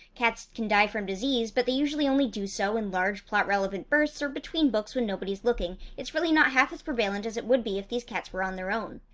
cats can die from disease, but they usually only do so in large plot relevant bursts, or between books when nobody's looking. it's really not half as prevalent as it would be if these cats were on their own.